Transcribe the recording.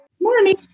morning